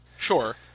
Sure